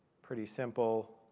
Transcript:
pretty simple.